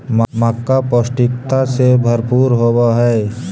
मक्का पौष्टिकता से भरपूर होब हई